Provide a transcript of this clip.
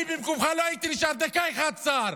אני במקומך לא הייתי נשאר דקה אחת שר.